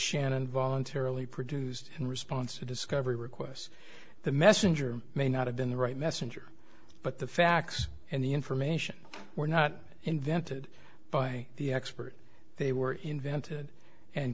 shannon voluntarily produced in response to discovery requests the messenger may not have been the right messenger but the facts and the information were not invented by the expert they were invented and